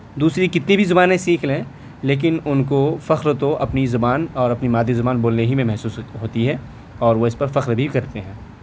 دوسری کتنی بھی زبانیں سیکھ لیں لیکن ان کو فخر تو اپنی زبان اور اپنی مادری زبان بولنے ہی میں محسوس ہو ہوتی ہے اور وہ اس پر فخر بھی کرتے ہیں